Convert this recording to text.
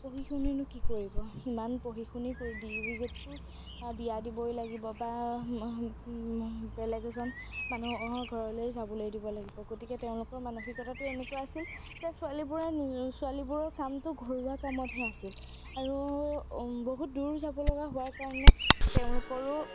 পঢ়ি শুনিনো কি কৰিব ইমান পঢ়ি শুনি বিয়া দিবই লাগিব বা বেলেগ এজন মানুহৰ ঘৰলৈ যাবলৈ দিব লাগিব গতিকে তেওঁলোকৰ মানসিকতাটো এনেকুৱা আছিল যে ছোৱালীবোৰে নিজ ছোৱালীবোৰৰ কামটো ঘৰুৱা কামতহে আছিল আৰু বহুত দূৰ যাবলগা হোৱাৰ কাৰণে তেওঁলোকৰো